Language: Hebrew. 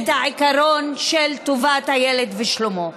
את העיקרון של טובת הילד ושלומו.